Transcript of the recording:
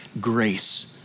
grace